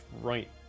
right